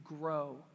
grow